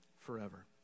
forever